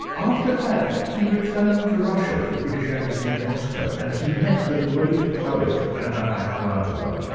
after that, he returned to russia, to the british embassy in moscow, and he met the great poet, anna akhmatova,